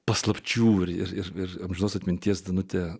paslapčių ir ir amžinos atminties danute